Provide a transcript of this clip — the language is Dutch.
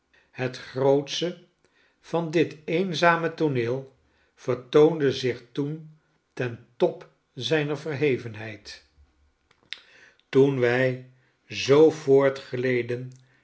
het grootsche van dit eenzame tooneel vertoonde zich toen ten top zijner verhevenheid toen wij zoo